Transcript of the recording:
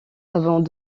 avant